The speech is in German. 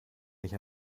nicht